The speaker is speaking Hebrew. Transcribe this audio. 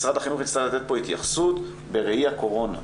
משרד החינוך יצטרך לתת פה התייחסות בראי הקורונה,